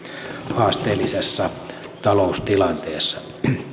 haasteellisessa taloustilanteessa